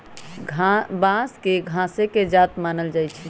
बांस के घासे के जात मानल जाइ छइ